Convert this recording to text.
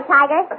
Tiger